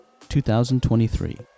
2023